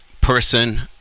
person